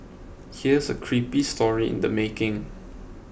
here's a creepy story in the making